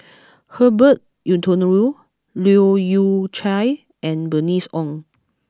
Herbert Eleuterio Leu Yew Chye and Bernice Ong